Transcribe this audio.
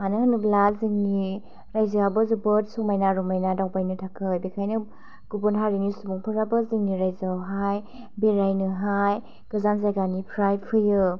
मानो होनोब्ला जोंनि रायजोयाबो जोबोर समायना रमायना दावबायनो थाखाय बेखायनो गुबुन हारिनि सुबुंफोराबो जोंनि रायजोयावहाय बेरायनोहाय गोजान जायगानिफ्राइ फैयो